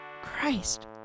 Christ